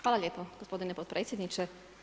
Hvala lijepa gospodine potpredsjedniče.